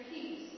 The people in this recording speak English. peace